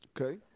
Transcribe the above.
Okay